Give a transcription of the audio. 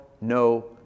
no